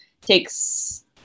takes